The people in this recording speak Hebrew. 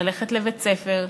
ללכת לבית-ספר,